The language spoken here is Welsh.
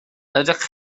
ydych